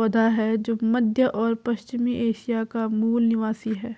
पौधा है जो मध्य और पश्चिमी एशिया का मूल निवासी है